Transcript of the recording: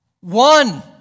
One